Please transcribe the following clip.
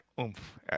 oomph